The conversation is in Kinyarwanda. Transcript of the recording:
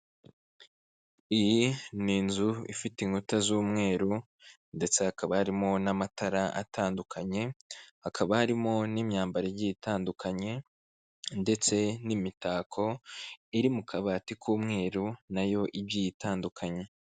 Iyi ni inzu ifite inkuta z'umweru ndetse hakaba harimo n'amatara atandukanye, hakaba harimo n'imyambaro igiye itandukanye ndetse n'imitako iri mu kabati k'umweru na yo igiye itandukanye.